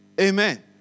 Amen